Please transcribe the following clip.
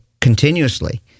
continuously